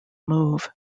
move